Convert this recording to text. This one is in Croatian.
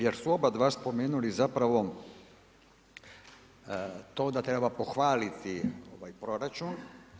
Jer su oba dva spomenuli zapravo to da treba pohvaliti proračun.